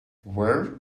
where